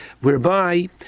whereby